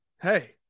Hey